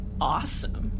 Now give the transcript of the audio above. awesome